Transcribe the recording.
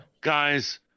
guys